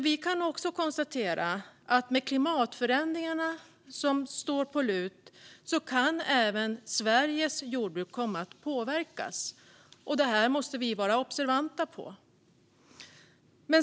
Vi kan samtidigt konstatera att i och med väntande klimatförändringar kan även Sveriges jordbruk komma att påverkas. Detta måste vi vara observanta på.